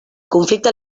conflicte